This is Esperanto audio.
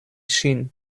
ŝin